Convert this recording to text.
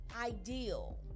ideal